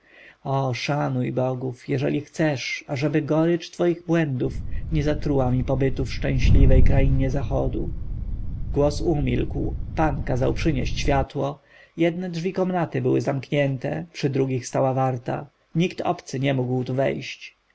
o szanuj bogów jeżeli chcesz ażeby gorycz twoich błędów nie zatruła mi pobytu w szczęśliwej krainie zachodu głos umilkł pan kazał przynieść światło jedne drzwi komnaty były zamknięte przy drugich stała warta nikt obcy nie mógł tu wejść